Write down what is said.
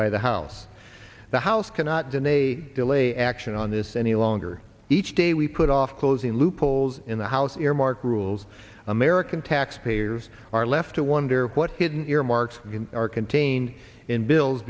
by the house the house cannot deny a delay action on this any longer each day we put off closing loopholes in the house earmark rules american taxpayers are left to wonder what hidden earmarks are contained in bills